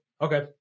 okay